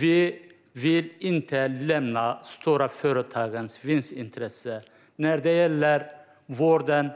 Vi vill inte gynna de stora företagens vinstintressen när det gäller vården,